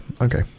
Okay